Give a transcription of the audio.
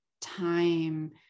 time